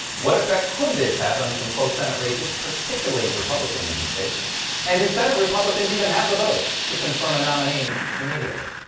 what effect could this have on close senate races particularly in republican-leaning states and do senate republicans even have the votes to confirm a nominee immediately?